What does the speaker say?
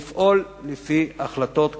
הכול לפי החלטות ממשלה.